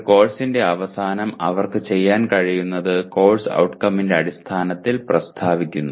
ഒരു കോഴ്സിന്റെ അവസാനം അവർക്ക് ചെയ്യാൻ കഴിയുന്നത് കോഴ്സ് ഔട്ട്കംസിന്റെ അടിസ്ഥാനത്തിൽ പ്രസ്താവിക്കുന്നു